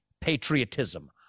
patriotism